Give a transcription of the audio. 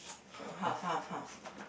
half half half